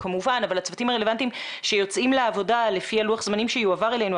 הצוותים הרלוונטיים שיוצאים לעבודה לפי לוח זמנים שיועבר אלינו,